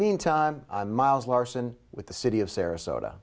mean time miles larson with the city of sarasota